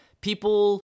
people